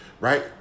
right